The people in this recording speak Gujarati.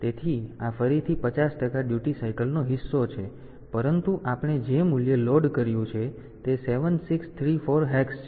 તેથી આ ફરીથી 50 ટકા ડ્યુટી સાયકલનો કિસ્સો છે પરંતુ આપણે જે મૂલ્ય લોડ કર્યું છે તે 7634 હેક્સ છે